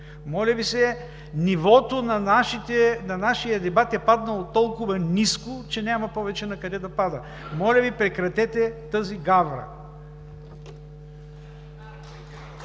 Моля Ви, нивото на нашия дебат е паднало толкова ниско, че няма повече накъде да пада! Моля Ви, прекратете тази гавра!